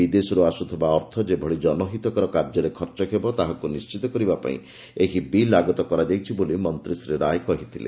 ବିଦେଶରୁ ଆସୁଥିବା ଅର୍ଥ ଯେଭଳି ଜନହିତକାର କାର୍ଯ୍ୟରେ ଖର୍ଚ୍ଚ ହେବ ତାହାକୁ ନିଶ୍ଚିତ କରିବା ପାଇଁ ଏହି ବିଲ୍ ଆଗତ କରାଯାଇଛି ବୋଲି ମନ୍ତ୍ରୀ ଶ୍ରୀ ରାୟ କହିଥିଲେ